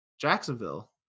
Jacksonville